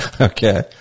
Okay